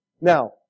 Now